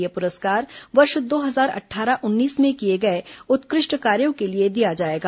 यह पुरस्कार वर्ष दो हजार अट्ठारह उन्नीस में किए गए उत्कृष्ट कार्यों के लिए दिया जाएगा